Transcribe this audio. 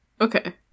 Okay